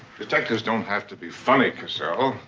detectives don't have to be funny, caselle.